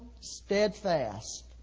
steadfast